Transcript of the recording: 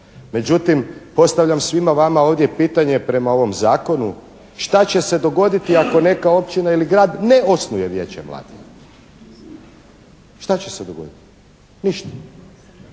Međutim, postavljam svima vama ovdje pitanje prema ovom zakonu što će se dogoditi ako neka općina ili grad ne osnuje Vijeće mladih? Što će se dogoditi? Ništa.